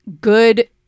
good